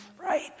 right